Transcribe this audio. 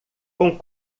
com